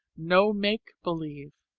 no make-believe.